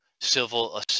civil